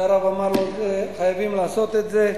והרב אמר לו: חייבים לעשות את זה,